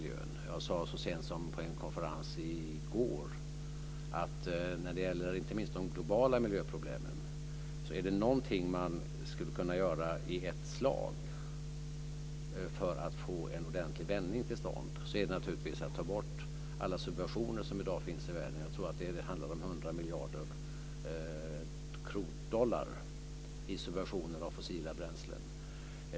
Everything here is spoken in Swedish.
Jag sade så sent som på en konferens i går att om det är någonting som man skulle kunna göra i ett slag för att få till stånd en ordentlig vändning när det gäller inte minst de globala miljöproblemen, är det att ta bort alla de subventioner som i dag finns i världen. Jag tror att det handlar om 100 miljarder dollar i subventioner av fossila bränslen.